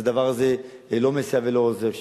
אז הדבר הזה לא מסייע ולא עוזר.